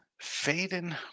Fading